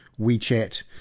WeChat